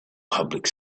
public